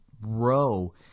row